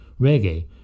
Reggae